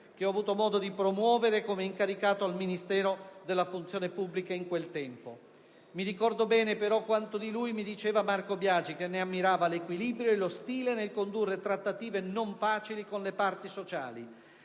che ho avuto modo di promuovere allora, come incaricato al Ministero della funzione pubblica. Mi ricordo bene, però, quanto di lui mi diceva Marco Biagi, che ne ammirava l'equilibrio e lo stile nel condurre trattative non facili con le parti sociali.